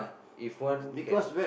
if one can